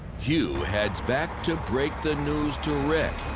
hugh heads back to break the news to rick.